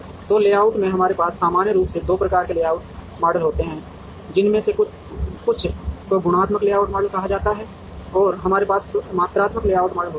तो लेआउट में हमारे पास सामान्य रूप से 2 प्रकार के लेआउट मॉडल होते हैं जिनमें से कुछ को गुणात्मक लेआउट मॉडल कहा जाता है और हमारे पास मात्रात्मक लेआउट मॉडल होते हैं